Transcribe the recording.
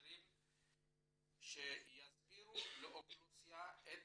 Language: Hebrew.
המגשרים שיסבירו לאוכלוסייה את